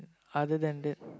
other than that